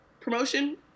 promotion